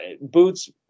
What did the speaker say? Boots